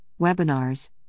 webinars